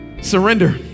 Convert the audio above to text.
surrender